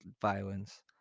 violence